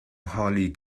holly